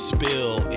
Spill